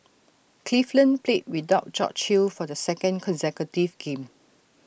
cleveland played without George hill for the second consecutive game